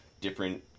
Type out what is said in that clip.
different